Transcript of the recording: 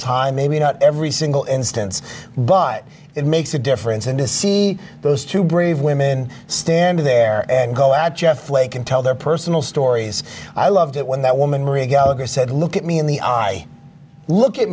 time maybe not every single instance but it makes a difference and to see those two brave women standing there and go at jeff flake and tell their personal stories i loved it when that woman maria gallagher said look at me in the eye look at